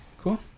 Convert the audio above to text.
Cool